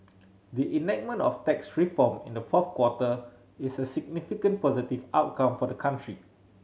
the enactment of tax reform in the fourth quarter is a significant positive outcome for the country